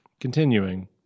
Continuing